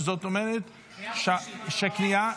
עברת ישר לקריאה שלישית.